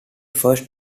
first